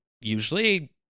usually